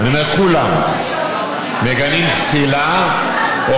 אני אומר כולם, מגנים פסילה או